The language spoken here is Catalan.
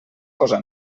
cosa